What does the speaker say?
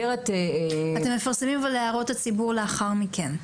אתם מפרסמים אבל להערות הציבור לאחר מכן.